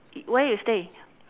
where you stay